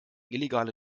illegale